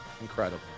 Incredible